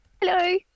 Hello